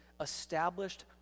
established